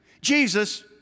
Jesus